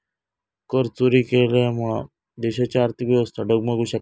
करचोरी केल्यामुळा देशाची आर्थिक व्यवस्था डगमगु शकता